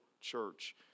church